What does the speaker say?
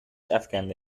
افکنده